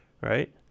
right